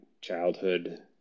childhood